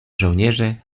żołnierze